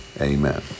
amen